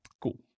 Cool